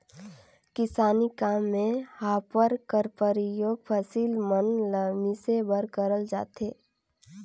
किसानी काम मे हापर कर परियोग फसिल मन ल मिसे बर करल जाथे